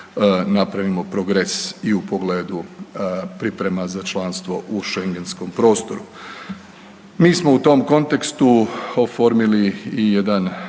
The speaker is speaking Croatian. napravimo progres i u pogledu priprema za članstvo u Schengenskom prostoru. Mi smo u tom kontekstu oformili i jedan